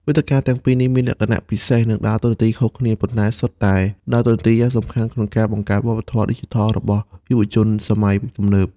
វេទិកាទាំងពីរនេះមានលក្ខណៈពិសេស និងតួនាទីខុសគ្នា ប៉ុន្តែសុទ្ធតែដើរតួនាទីយ៉ាងសំខាន់ក្នុងការបង្កើតវប្បធម៌ឌីជីថលរបស់យុវជនសម័យទំនើប។